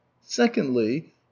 Secondly